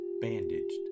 bandaged